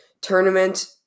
tournament